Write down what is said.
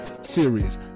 Series